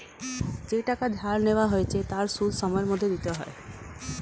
যেই টাকা ধার নেওয়া হয়েছে তার সুদ সময়ের মধ্যে দিতে হয়